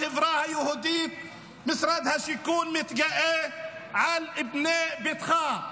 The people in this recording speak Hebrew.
בחברה היהודית משרד השיכון מתגאה בבנה ביתך,